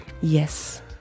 yes